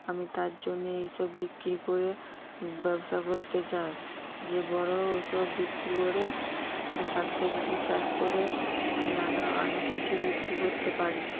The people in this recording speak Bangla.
আমি তার জন্য এইসব বিক্রি করে ব্যবসা করতে চাই যে বড় ওইসব বিক্রি করে আরো শাক সবজি চাষ করে আমি অনেক কিছু বিক্রি করতে পারি